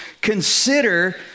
consider